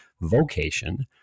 vocation